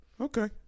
Okay